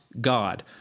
God